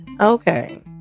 Okay